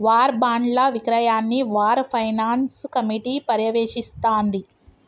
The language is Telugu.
వార్ బాండ్ల విక్రయాన్ని వార్ ఫైనాన్స్ కమిటీ పర్యవేక్షిస్తాంది